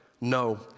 No